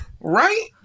Right